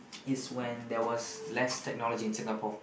is when there was less technology in Singapore